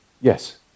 Yes